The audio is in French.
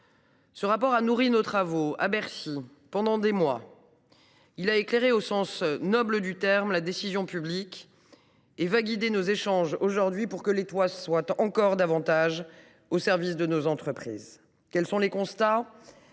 Il a nourri ses travaux, à Bercy, pendant des mois. Il a éclairé, au sens noble du terme, la décision publique et va guider nos échanges aujourd’hui pour que l’État soit davantage encore au service de nos entreprises. Quels sont les constats ?